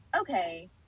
okay